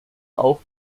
auch